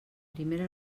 primera